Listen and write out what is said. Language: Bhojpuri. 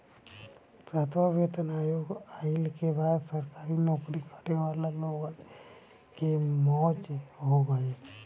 सातवां वेतन आयोग आईला के बाद सरकारी नोकरी करे वाला लोगन के मौज हो गईल